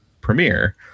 premiere